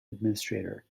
administrator